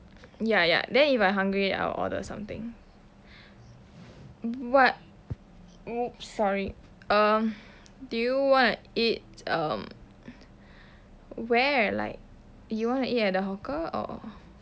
ya ya then if I hungry I'll order something what !oops! sorry er do you want to eat um where like you want to eat at the hawker or